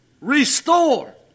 Restore